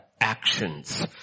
actions